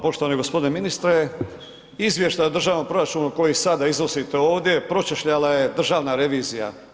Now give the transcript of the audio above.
Poštovani g. ministre, izvještaj o državnom proračunu koji sada iznosite ovdje, pročešljala je državna revizija.